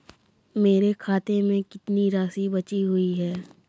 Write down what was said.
मेरे खाते में कितनी राशि बची हुई है?